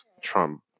Trump